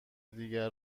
دیگر